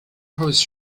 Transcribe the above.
hosts